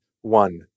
one